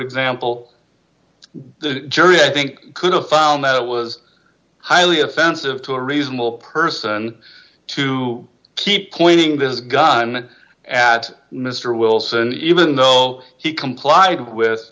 example the jury i think could have found that it was highly offensive to a reasonable person to keep pointing this gun at mr wilson even though he complied with